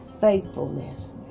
faithfulness